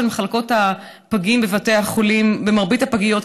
מחלקות הפגים בבתי החולים במרבית הפגיות,